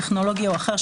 טכנולוגי או אחר,